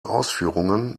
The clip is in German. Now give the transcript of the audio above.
ausführungen